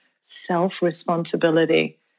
self-responsibility